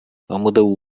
அமுத